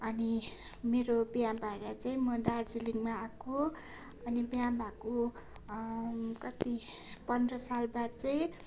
अनि मेरो बिहा भाएर चाहिँ म दार्जिलिङमा आएको अनि बिहा भएको कति पन्ध्र साल बाद चाहिँ